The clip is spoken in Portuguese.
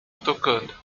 tocando